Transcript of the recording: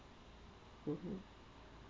mmhmm